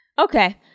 Okay